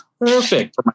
perfect